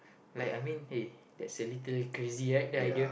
like I mean hey that's a little crazy right that idea